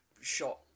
shot